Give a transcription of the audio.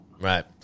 Right